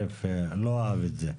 הוא לא אהב את זה,